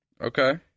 Okay